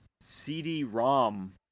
CD-ROM